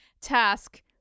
task